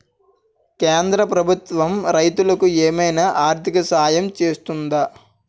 కేంద్ర ప్రభుత్వం రైతులకు ఏమైనా ఆర్థిక సాయం చేస్తుందా?